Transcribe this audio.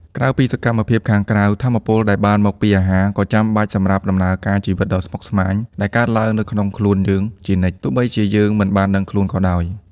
ក្រៅពីសកម្មភាពខាងក្រៅ ថាមពលដែលបានមកពីអាហារក៏ចាំបាច់សម្រាប់ដំណើរការជីវិតដ៏ស្មុគស្មាញដែលកើតឡើងនៅក្នុងខ្លួនយើងជានិច្ច ទោះបីជាយើងមិនបានដឹងខ្លួនក៏ដោយ។